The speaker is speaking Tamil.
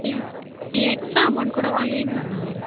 நீங் நீங்கள் எக்ஸ்ட்ரா அமௌன்ட் கூட வாங்கிகொங்க மேம்